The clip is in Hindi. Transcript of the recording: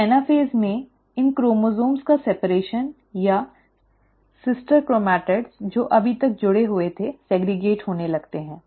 तो एनाफ़ेज़ में इन क्रोमोसोम्स का पृथक्करण या सिस्टर क्रोमैटिड्स जो अभी तक जुड़े हुए थे अलग होने लगते हैं